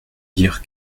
dire